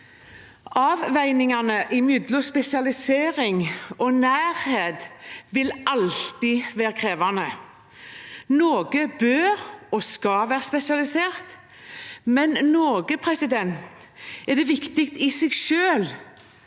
Avveiningene mellom spesialisering og nærhet vil alltid være krevende. Noe bør og skal være spesialisert, men noe er det viktig i seg selv